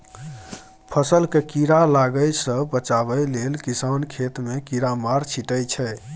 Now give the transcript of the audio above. फसल केँ कीड़ा लागय सँ बचाबय लेल किसान खेत मे कीरामार छीटय छै